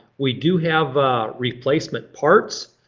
we do have replacement parts,